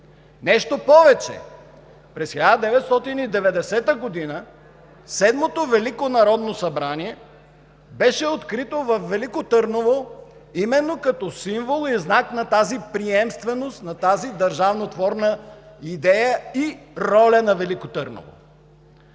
Нещо повече, през 1990 г. Седмото велико народно събрание беше открито във Велико Търново именно като символ и знак на тази приемственост, на тази държавнотворна идея и роля на Велико Търново.